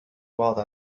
بعض